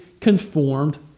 conformed